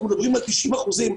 אנחנו מדברים על 90 אחוזים.